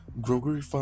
Gregory